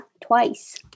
twice